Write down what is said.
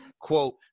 Quote